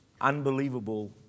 unbelievable